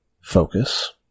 focus